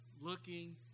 looking